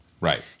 right